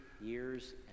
years